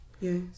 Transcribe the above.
Yes